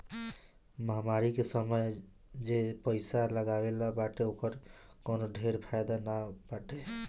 महामारी के समय जे पईसा लगवले बाटे ओकर कवनो ढेर फायदा नाइ बाटे